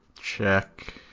check